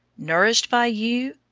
nourished by you!